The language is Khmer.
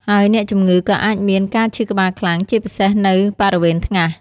ហើយអ្នកជំងឺក៏អាចមាន ការឈឺក្បាលខ្លាំង ជាពិសេសនៅបរិវេណថ្ងាស។